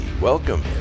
welcome